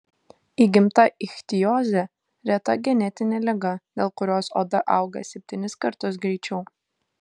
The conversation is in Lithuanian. įgimta ichtiozė reta genetinė liga dėl kurios oda auga septynis kartus greičiau